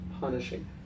punishing